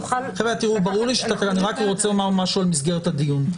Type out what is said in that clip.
רק רוצה לומר משהו על מסגרת הדיון.